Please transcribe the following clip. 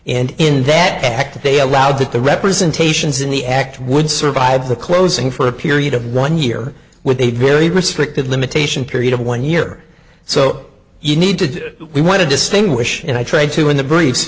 and in that act they allowed that the representations in the act would survive the closing for a period of one year with a very restricted limitation period of one year so you need to do we want to distinguish and i try to in the br